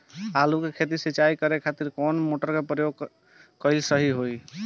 आलू के खेत सिंचाई करे के खातिर कौन मोटर के प्रयोग कएल सही होई?